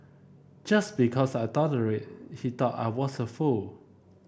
just because I tolerated he thought I was a fool